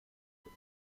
elle